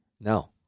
No